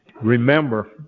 Remember